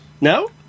No